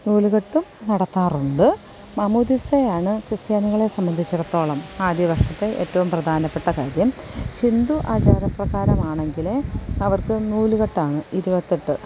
നൂലുകെട്ടും നടത്താറുണ്ട് മാമോദിസയാണ് ക്രിസ്ത്യാനികളെ സംബന്ധിച്ചിടത്തോളം ആദ്യവർഷത്തെ ഏറ്റവും പ്രധാനപ്പെട്ട കാര്യം ഹിന്ദു ആചാരപ്രകാരമാണെങ്കില് അവർക്ക് നൂലുകെട്ടാണ് ഇരുപത്തെട്ട്